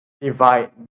divide